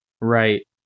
right